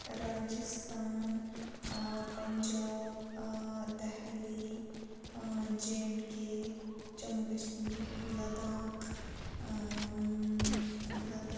Rajasthan Punjab Delhi J and K Jammu Kashmir Ladakh Ladakh